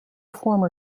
former